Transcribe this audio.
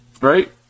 Right